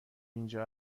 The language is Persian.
اینجا